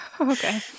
okay